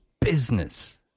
business